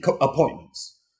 appointments